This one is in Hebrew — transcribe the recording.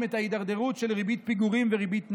את ההידרדרות של ריבית פיגורים וריבית נשך.